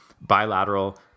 bilateral